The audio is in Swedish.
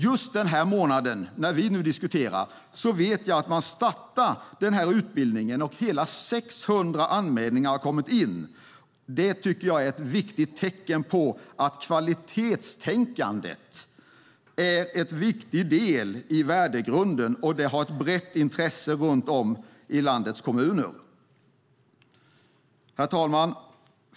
Jag vet att man startar utbildningen just den här månaden, när vi nu diskuterar. Hela 600 anmälningar har kommit in. Det tycker jag är ett tecken på att kvalitetstänkandet är en viktig del i värdegrunden. Och det finns ett brett intresse i landets kommuner. Herr talman!